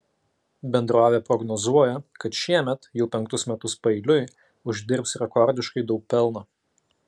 bendrovė prognozuoja kad šiemet jau penktus metus paeiliui uždirbs rekordiškai daug pelno